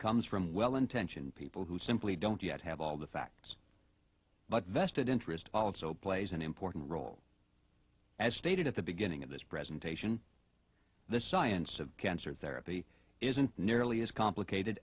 comes from well intentioned people who simply don't yet have all the facts but vested interest also plays an important role as stated at the beginning of this presentation the science of cancer therapy isn't nearly as complicated